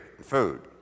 food